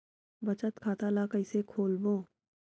बचत खता ल कइसे खोलबों?